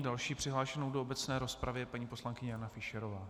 Další přihlášenou do obecné rozpravy je paní poslankyně Jana Fischerová.